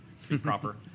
proper